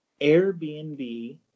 Airbnb